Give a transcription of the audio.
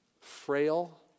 frail